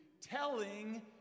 telling